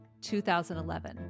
2011